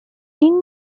این